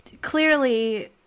clearly